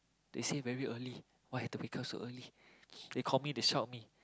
they said very early why have to wake up so early they called me they shout me